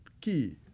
key